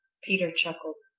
peter chuckled,